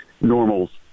normals